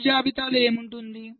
తప్పు జాబితాలో ఏమి ఉంటుంది